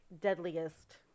deadliest